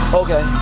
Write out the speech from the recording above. okay